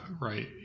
right